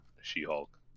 She-Hulk